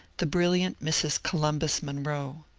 the brilliant mrs. columbus monroe.